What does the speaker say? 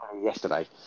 yesterday